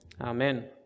amen